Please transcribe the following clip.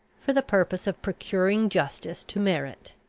for the purpose of procuring justice to merit.